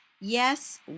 yes